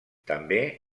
també